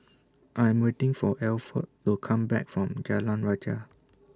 I Am waiting For Alford to Come Back from Jalan Rajah